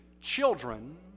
children